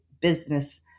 business